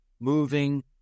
moving